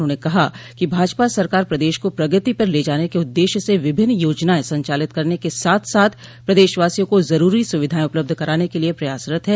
उन्होंने कहा कि भाजपा सरकार प्रदेश को प्रगति पर ले जाने के उद्देश्य से विभिन्न योजनाएं संचालित करने के साथ साथ प्रदेशवासियों को जरूरी सुविधाएं उपलब्ध कराने के लिये प्रयासरत है